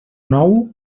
nou